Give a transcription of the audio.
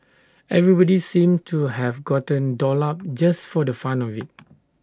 everybody seemed to have gotten dolled up just for the fun of IT